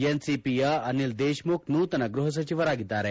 ಎನ್ಸಿಪಿಯ ಅನಿಲ್ ದೇಶಮುಖ್ ನೂತನ ಗೃಹಸಚಿವರಾಗಿದ್ದಾರೆ